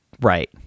right